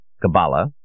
Kabbalah